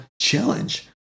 challenge